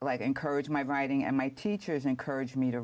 like i encourage my writing and my teachers encouraged me to